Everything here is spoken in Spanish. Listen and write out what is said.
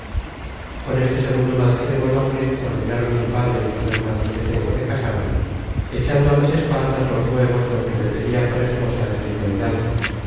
con este segundo mancebo noble ordenaron mi padre y dos hermanos que tengo de casarme echando á las espaldas los ruegos con que me pedia por esposa el rico hidalgo